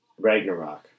Ragnarok